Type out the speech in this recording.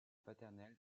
paternels